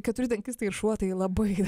keturi tankistai ir šuo tai labai